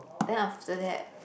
then after that